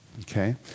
Okay